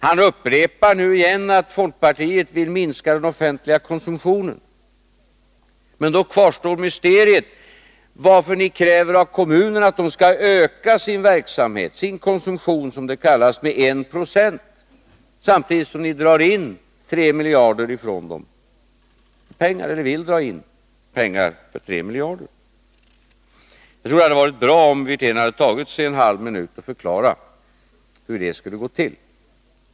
Han upprepar igen att folkpartiet vill minska den offentliga konsumtionen. Men då kvarstår mysteriet varför ni kräver av kommunerna att de skall öka sin verksamhet, sin konsumtion som det kallas, med 1 26, samtidigt som ni vill dra in 3 miljarder kronor ifrån dem. Jag tror det hade varit bra om herr Wirtén hade tagit sig en halv minut för att förklara hur det skulle gå till.